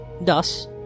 Thus